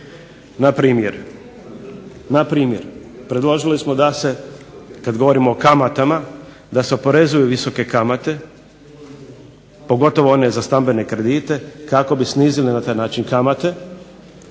Npr. predložili smo da se, kad govorimo o kamatama, da se oporezuju visoke kamate, pogotovo one za stambene kredite kako bi snizili na taj način kamate,